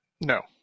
No